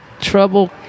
trouble